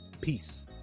Peace